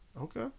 Okay